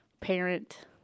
parent